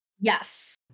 Yes